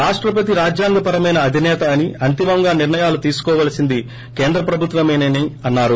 రాష్టపతి రాజ్యంగపరమైన అధిసేత అని అంతిమంగా నిర్లయాలు తీసుకోవాల్సింది కేంద్ర ప్రభుత్వమేనని అన్నారు